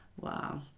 Wow